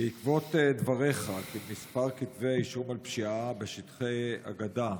בעקבות דבריך כי מספר כתבי האישום על פשיעה בשטחי הגדה